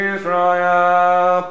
Israel